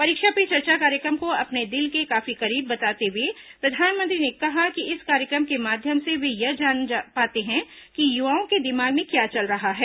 परीक्षा पे चर्चा कार्यक्रम को अपने दिल के काफी करीब बताते हुए प्रधानमंत्री ने कहा कि इस कार्यक्रम के माध्यम से वे यह जान पाते हैं कि युवाओं के दिमाग में क्या चल रहा है